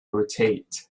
rotate